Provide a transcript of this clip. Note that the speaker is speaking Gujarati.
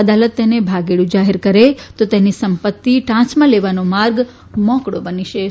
અદાલત તેને ભાગેડુ જાહેર કરે તો તેની સંપત્તી ટાંચમાં લેવાનો માર્ગ મોકળો બની શકે છે